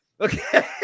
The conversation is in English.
Okay